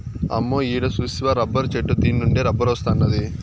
అమ్మో ఈడ సూస్తివా రబ్బరు చెట్టు దీన్నుండే రబ్బరొస్తాండాది